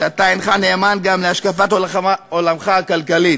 שאתה אינך נאמן גם להשקפת עולמך הכלכלית.